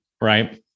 right